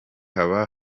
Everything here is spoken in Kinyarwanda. haba